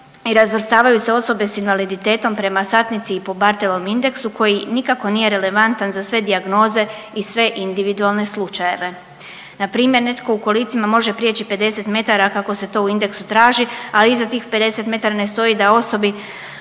i razvrstavaju se osobe sa invaliditetom prema satnici i po Bartelovom indeksu koji nikako nije relevantan za sve dijagnoze i sve individualne slučajeve. Na primjer netko u kolicima može priječi 50 metara kako se to u indeksu traži, a iza tih 50 m ne stoji da osobi